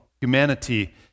humanity